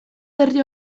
berri